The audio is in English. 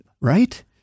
right